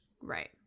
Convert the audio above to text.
right